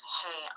hey